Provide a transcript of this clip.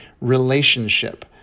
relationship